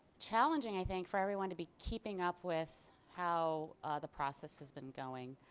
challenging i think for everyone to be keeping up with how the process has been going.